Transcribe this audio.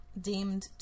deemed